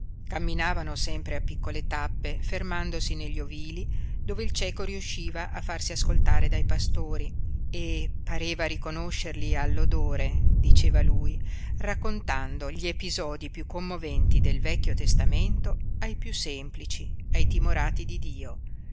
camminavano sempre a piccole tappe fermandosi negli ovili dove il cieco riusciva a farsi ascoltare dai pastori e pareva riconoscerli all'odore diceva lui raccontando gli episodi piú commoventi del vecchio testamento ai piú semplici ai timorati di dio